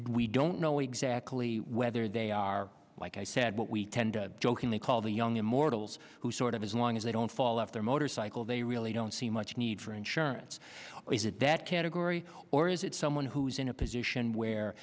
we don't know exactly whether they are like i said what we tend jokingly call the young immortals who sort of as long as they don't fall off their motorcycle they really don't see much need for insurance or is it that category or is it someone who is in a position where